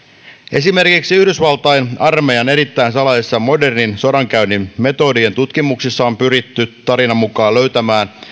esimerkiksi yhdysvaltain armeijan erittäin salaisissa modernin sodankäynnin metodien tutkimuksissa on pyritty tarinan mukaan löytämään